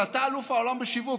ואתה אלוף העולם בשיווק,